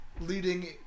leading